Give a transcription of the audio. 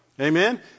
Amen